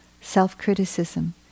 Self-criticism